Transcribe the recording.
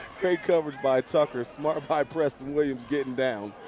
great coverage by tucker. smart by preston williams getting down.